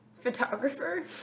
Photographer